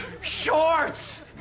Shorts